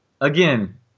Again